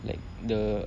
like the